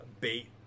bait